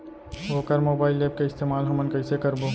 वोकर mobile app के इस्तेमाल हमन कइसे करबो?